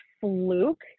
fluke